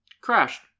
crashed